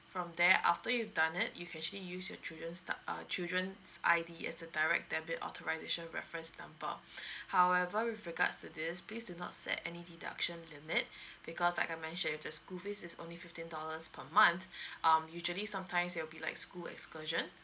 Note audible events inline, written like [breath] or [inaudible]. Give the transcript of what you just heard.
from there after you've done it you can actually use your children's doc~ uh children's I_D as a direct debit authorisation reference number [breath] however with regards to this please do not set any deduction limit because like I mention if the school fees is only fifteen dollars per month [breath] um usually sometimes there'll be like school excursion